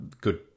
good